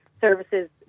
services